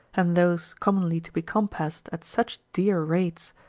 and those commonly to be compassed at such dear rates,